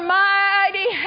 mighty